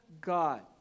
God